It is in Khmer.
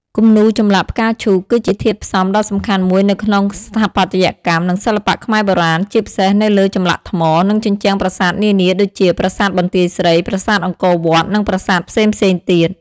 គំនូរចម្លាក់ផ្កាឈូក គឺជាធាតុផ្សំដ៏សំខាន់មួយនៅក្នុងស្ថាបត្យកម្ម និងសិល្បៈខ្មែរបុរាណ ជាពិសេសនៅលើចម្លាក់ថ្ម និងជញ្ជាំងប្រាសាទនានាដូចជា ប្រាសាទបន្ទាយស្រី ប្រាសាទអង្គរវត្ត និងប្រាសាទផ្សេងៗទៀត។